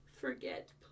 forget